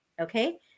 Okay